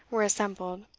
were assembled.